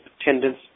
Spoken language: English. attendance